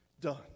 done